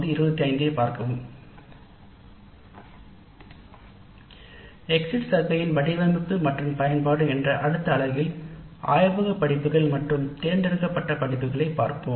அடுத்த பகுதியில் எக்ஸிட் சாரதியின் பயன்பாடு மற்றும் வடிவமைப்பு குறித்து காண்போம்